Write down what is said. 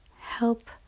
help